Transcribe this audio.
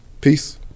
peace